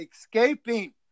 escaping